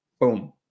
Boom